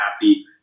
happy